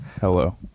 Hello